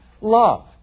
love